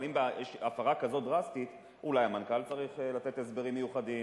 אבל אם יש הפרה דרסטית כזאת אולי המנכ"ל צריך לתת הסברים מיוחדים,